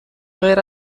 غیر